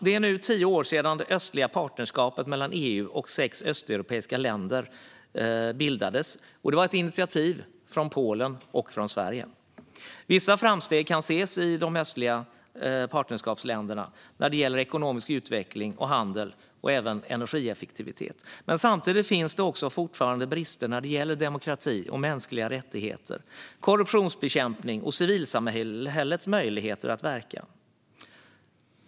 Det är nu tio år sedan det östliga partnerskapet mellan EU och sex östeuropeiska länder bildades. Det var ett initiativ från Polen och Sverige. Vissa framsteg kan ses i de östliga partnerskapsländerna när det gäller ekonomisk utveckling, handel och energieffektivitet. Men samtidigt finns fortfarande brister när det gäller demokrati och mänskliga rättigheter, korruptionsbekämpning och civilsamhällets möjligheter att verka.